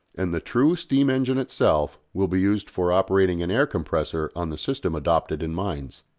and the true steam-engine itself will be used for operating an air compressor on the system adopted in mines.